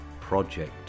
project